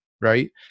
right